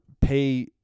pay